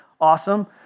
Awesome